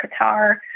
Qatar